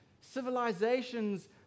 civilizations